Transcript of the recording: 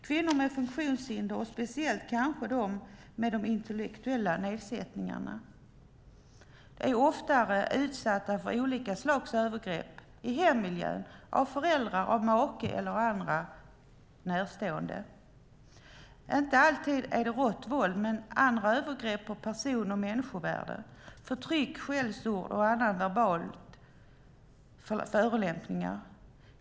Kvinnor med funktionshinder, speciellt kanske de med intellektuella nedsättningar, är oftare utsatta för olika slags övergrepp i hemmiljön, av föräldrar, av make eller andra närstående. Det är inte alltid rått våld utan andra övergrepp på person och människovärde. Det handlar om förtryck, skällsord och andra verbala förolämpningar.